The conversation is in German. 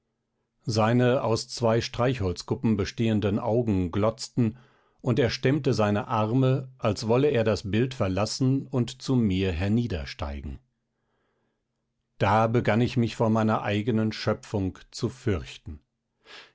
seine aus zwei streichholzkuppen bestehenden augen glotzten und er stemmte seine arme als wolle er das bild verlassen und zu mir herniedersteigen da begann ich mich vor meiner eigenen schöpfung zu fürchten